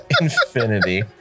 Infinity